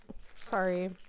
Sorry